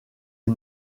est